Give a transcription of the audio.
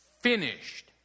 finished